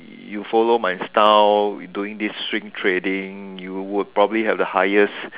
you follow my style doing this string trading you would probably have the highest